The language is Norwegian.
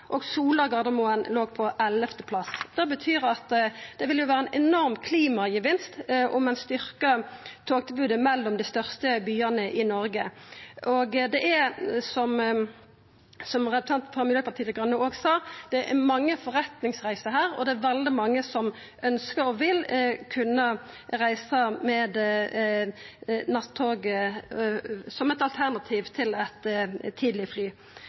plass, og Sola–Gardermoen låg på ellevte plass. Det betyr at det ville gi ein enorm klimagevinst om ein styrkte togtilbodet mellom dei største byane i Noreg. Som representanten frå Miljøpartiet Dei Grøne òg sa, er det mange forretningsreiser i dette, og det er veldig mange som ønskjer å kunna reisa med nattoget som eit alternativ til eit tidleg fly.